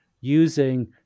using